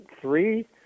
three